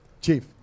Chief